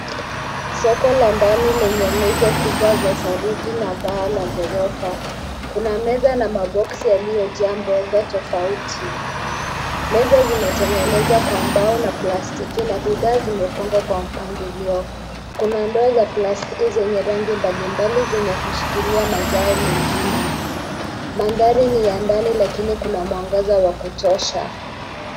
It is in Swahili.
Soko la ndani lenye nguzo kubwa za saruji na paa la ghorofa kuna meza na maboksi yaliyojaa mboga tofauti ,meza zimetengenezwa kwa mbao na plastiki na bidhaa zimepangwa kwa mpangilio ,kuna ndoo za plastiki zenye rangi mbalimbali zenye kushikilia mazao mengine mandhari ni ya ndani lakini kuna mwangaza wa kutosha.